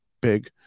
big